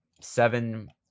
seven